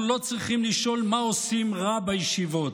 אנחנו לא צריכים לשאול מה עושים רע בישיבות,